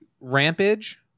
rampage